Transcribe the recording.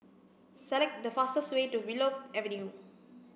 select the fastest way to Willow Avenue